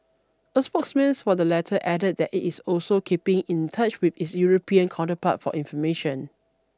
a spokesman for the latter added that it is also keeping in touch with its European counterpart for information